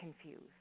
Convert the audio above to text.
confused